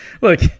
Look